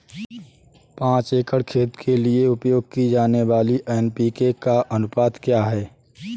पाँच एकड़ खेत के लिए उपयोग की जाने वाली एन.पी.के का अनुपात क्या है?